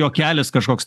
juokelis kažkoks